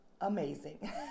amazing